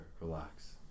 relax